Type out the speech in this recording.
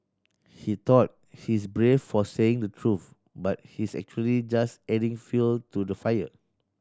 he thought he's brave for saying the truth but he's actually just adding fuel to the fire